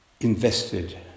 Invested